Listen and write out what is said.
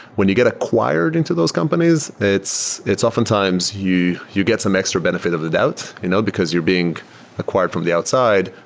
when you get acquired into those companies, it's it's oftentimes you you get some extra benefit of the doubt, know because you're being acquired from the outside.